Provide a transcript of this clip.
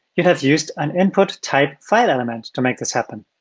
you'd have used an input type file element to make this happen.